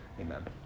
Amen